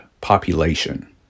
population